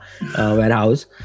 warehouse